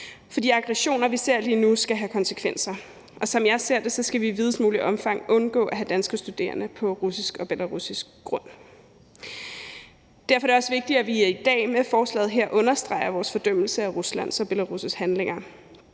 For de aggressioner, vi ser lige nu, skal have konsekvenser, og som jeg ser det, skal vi i videst muligt omfang undgå at have danske studerende på russisk og belarusisk grund. Derfor er det også vigtigt, at vi i dag med forslaget her understreger vores fordømmelse af Ruslands og Belarus' handlinger,